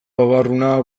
babarruna